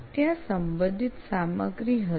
ત્યાં સંબંધિત સામગ્રી હતી